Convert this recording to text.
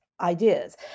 ideas